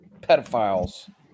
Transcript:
pedophiles